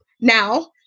Now